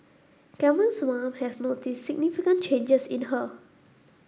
Camille's mom has noticed significant changes in her